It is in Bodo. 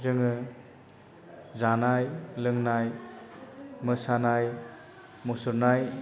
जोङो जानाय लोंनाय मोसानाय मुसुरनाय